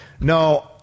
no